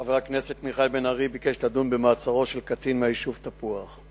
חבר הכנסת מיכאל בן-ארי ביקש לדון במעצרו של קטין מהיישוב תפוח.